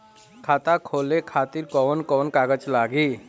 खाता खोले खातिर कौन कौन कागज लागी?